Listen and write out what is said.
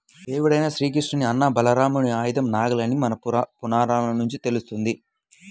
దేవుడైన శ్రీకృష్ణుని అన్న బలరాముడి ఆయుధం నాగలి అని మన పురాణాల నుంచి తెలుస్తంది